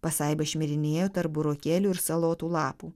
pasaiba šmirinėjo tarp burokėlių ir salotų lapų